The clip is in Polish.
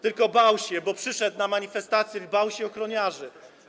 Tylko bał się, bo przyszedł na manifestację i bał się ochroniarzy.